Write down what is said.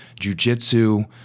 jujitsu